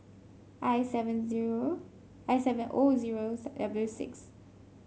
I seven zero I seven O zero W six